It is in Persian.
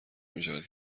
میشود